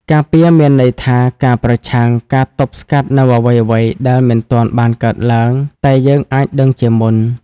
ការពារមានន័យថា ការប្រឆាំង ការទប់ស្កាត់នូវអ្វីៗដែលមិនទាន់បានកើតឡើងតែយើងអាចដឹងជាមុន។